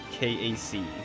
KAC